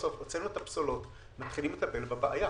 סוף-סוף הוצאנו את הפסולות ומתחילים לטפל בבעיה.